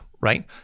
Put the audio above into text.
right